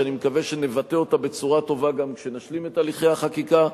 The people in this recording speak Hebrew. שאני מקווה שנבטא אותה בצורה טובה גם כשנשלים את הליכי החקיקה.